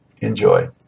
Enjoy